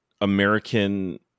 American